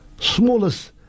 smallest